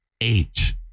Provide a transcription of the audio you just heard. eight